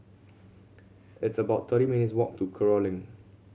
it's about thirty minutes' walk to Kerong Lane